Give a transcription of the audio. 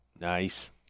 Nice